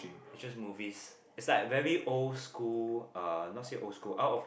it's just movies it's like very old school uh not say old school out of